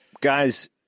Guys